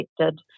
affected